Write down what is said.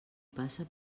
passa